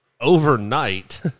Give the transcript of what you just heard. overnight